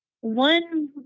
one